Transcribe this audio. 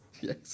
yes